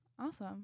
Awesome